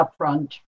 upfront